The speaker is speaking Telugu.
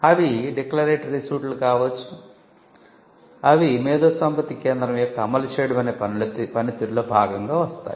అవి డిక్లరేటరి సూట్లు కావచ్చు ఇవి మేధోసంపత్తి కేంద్రం యొక్క అమలు చేయడమనే పనితీరులో భాగంగా వస్తాయి